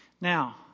Now